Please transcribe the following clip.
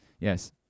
Yes